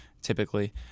typically